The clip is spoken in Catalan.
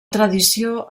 tradició